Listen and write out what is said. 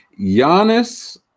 Giannis